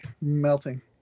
Melting